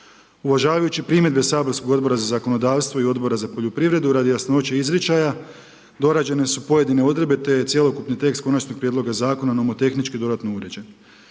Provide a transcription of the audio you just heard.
Uvažavajući primjedbe saborskog Odbora za zakonodavstvo i Odbora za poljoprivredu radi jasnoće izričaja dorađene su pojedine odredbe te je cjelokupni tekst konačnog prijedloga zakona nomotehnički dodatno uređen.